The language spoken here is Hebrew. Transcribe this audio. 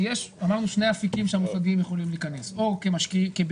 יש אמרנו שני אפיקים שהמאוחדים יכולים להיכנס או כבעלים,